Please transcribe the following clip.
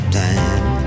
time